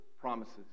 promises